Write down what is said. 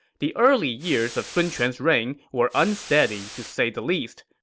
the early years of sun quan's reign were unsteady to say the least.